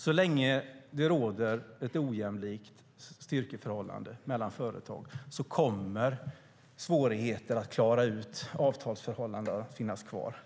Så länge det råder ett ojämlikt styrkeförhållande mellan företag kommer svårigheter att klara ut avtalsförhållanden att finnas kvar.